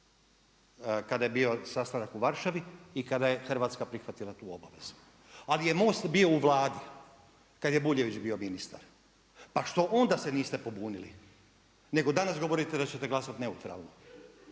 kada je bio sastanak u Varšavi kada je Hrvatska prihvatila tu obavezu. Ali je Most bio u Vladi kada je Buljvić bio ministar, pa što onda se niste pobunili? Nego danas govorite da ćete glasati neutralni.